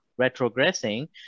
retrogressing